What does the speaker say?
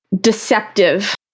deceptive